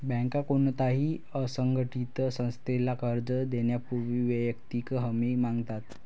बँका कोणत्याही असंघटित संस्थेला कर्ज देण्यापूर्वी वैयक्तिक हमी मागतात